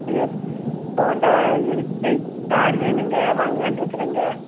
இது Honda unique பை car வேணுங்க வாங்கலாம்ன்ருக்கறங்க